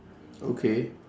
okay